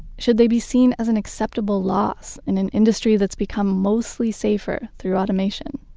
should they be seen as an acceptable loss in an industry that's become mostly safer through automation?